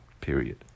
Period